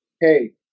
hey